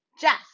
Jess